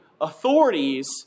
authorities